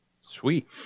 Sweet